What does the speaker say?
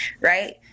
Right